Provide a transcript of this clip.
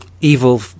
evil